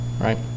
right